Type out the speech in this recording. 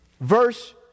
verse